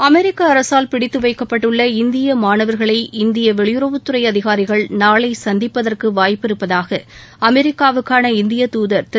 அமெரிக்க அரசால் பிடித்து வைக்கப்பட்டுள்ள இந்திய மாணவர்களை இந்திய வெளியுறவுத்துறை அதிகாரிகள் நாளை சந்திப்பதற்கு வாய்ப்பிருப்பதாக அமெரிக்காவுக்கான இந்திய தூதர் திரு